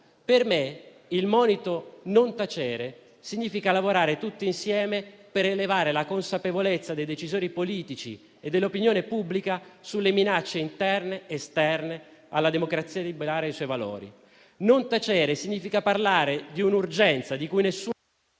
Per me il monito «non tacete» significa lavorare tutti insieme per elevare la consapevolezza dei decisori politici e dell'opinione pubblica sulle minacce interne ed esterne alla democrazia liberale e ai suoi valori. Non tacere significa parlare di un'urgenza di cui...